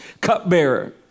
cupbearer